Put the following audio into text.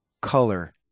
color